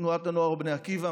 בתנועת הנוער בני עקיבא,